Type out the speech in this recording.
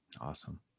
Awesome